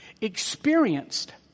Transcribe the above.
experienced